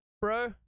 Bro